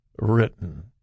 written